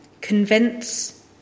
Convince